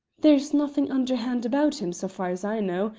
there's nothing underhand about him, so far as i know,